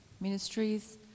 ministries